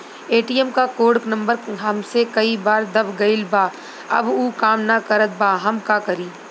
ATM क code number हमसे कई बार दब गईल बा अब उ काम ना करत बा हम का करी?